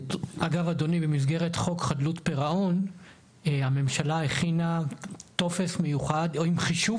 במסגרת חוק חדלות פירעון הממשלה הכינה טופס עם חישוב